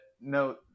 no